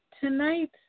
tonight